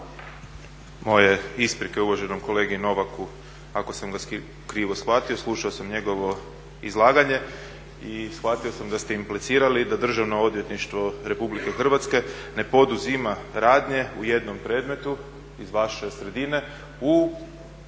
Moje isprike uvaženom kolegi Novaku ako sam vas krivo shvatio. Slušao sam njegovo izlaganje i shvatio sam da ste implicirali da Državno odvjetništvo RH ne poduzima radnje u jednom predmetu vaše sredine s